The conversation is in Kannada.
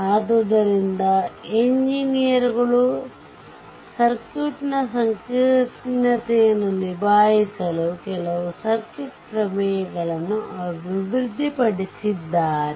ಆದ್ದರಿಂದ ಎಂಜಿನಿಯರ್ಗಳು ಸರ್ಕ್ಯೂಟ್ನ ಸಂಕೀರ್ಣತೆಯನ್ನು ನಿಭಾಯಿಸಲು ಕೆಲವು ಸರ್ಕ್ಯೂಟ್ ಪ್ರಮೇಯಗಳನ್ನು ಅಭಿವೃದ್ಧಿಪಡಿಸಿದ್ದಾರೆ